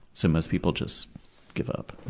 so most people just give up.